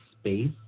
space